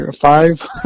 Five